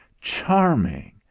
Charming